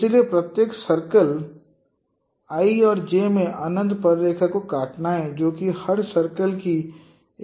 इसलिए प्रत्येक circle I और J में अनंत पर रेखा को काटता है जो कि हर सर्कल की एक और संपत्ति है